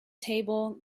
table